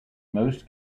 most